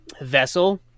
vessel